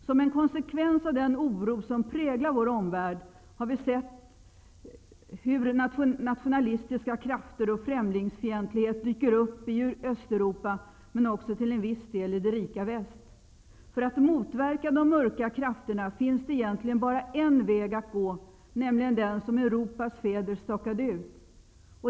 Som en konsekvens av den oro som präglar vår omvärld dyker, som vi har sett, nationalistiska krafter och främlingsfientlighet upp i Östeuropa men också till viss del i det rika Västeuropa. För att motverka de mörka krafterna finns det egentligen bara en väg att gå, nämligen den som Europas fäder stakade ut.